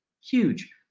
Huge